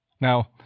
Now